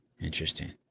Interesting